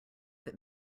that